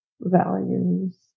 values